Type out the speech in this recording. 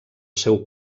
seu